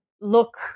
look